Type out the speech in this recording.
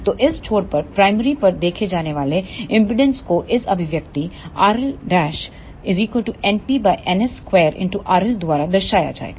तो इस छोर पर प्राइमरी पर देखे जाने वाले इंपेडेंस को इस अभिव्यक्ति RL np ns 2RLद्वारा दर्शाया जाएग